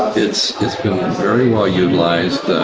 it's it's been very well utilized.